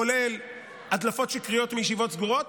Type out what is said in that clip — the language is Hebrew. כולל הדלפות שקריות מישיבות סגורות.